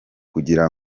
kugira